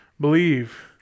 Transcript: Believe